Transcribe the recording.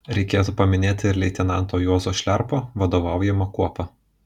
reikėtų paminėti ir leitenanto juozo šliarpo vadovaujamą kuopą